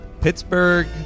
Pittsburgh